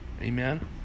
Amen